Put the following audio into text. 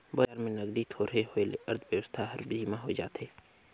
बजार में नगदी थोरहें होए ले अर्थबेवस्था हर धीमा होए जाथे